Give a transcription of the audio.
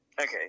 okay